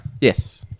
Yes